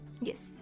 Yes